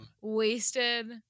wasted